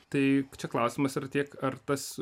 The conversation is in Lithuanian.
tai čia klausimas yra tiek ar tas